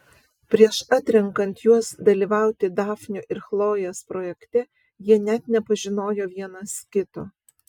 prieš atrenkant juos dalyvauti dafnio ir chlojės projekte jie net nepažinojo vienas kito